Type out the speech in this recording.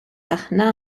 aħna